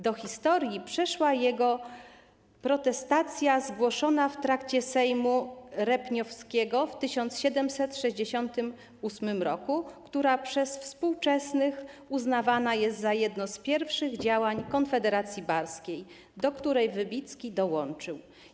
Do historii przeszła jego protestacja zgłoszona w trakcie sejmu repninowskiego w 1768 roku, która przez współczesnych uznawana jest za jedno z pierwszych działań Konfederacji Barskiej, do której Wybicki dołączył.